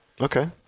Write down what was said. Okay